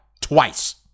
twice